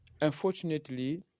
unfortunately